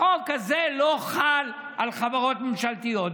החוק הזה לא חל על חברות ממשלתיות.